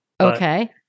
Okay